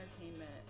entertainment